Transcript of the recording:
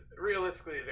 realistically